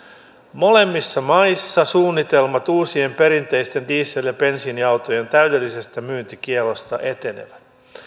molemmissa maissa suunnitelmat uusien perinteisten diesel ja bensiiniautojen täydellisestä myyntikiellosta etenevät